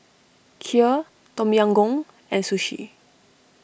Kheer Tom Yam Goong and Sushi